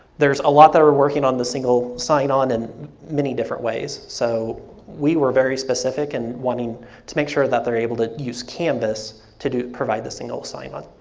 there's a lot that are working on the single sign on in many different ways. so we were very specific and wanting to make sure that they are able to use canvas to provide the single sign on.